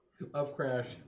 Upcrash